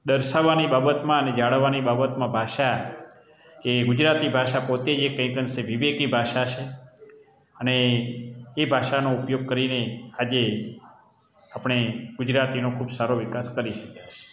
દર્શાવવાની બાબતમાં અને જાળવવાની બાબતમાં ભાષા એ ગુજરાતી ભાષા પોતે કંઈક અંશે વિવેકી ભાષા છે અને એ ભાષાનો ઉપયોગ કરીને આજે આપણે ગુજરાતીનો ખૂબ સારો વિકાસ કરી શક્યા છીએ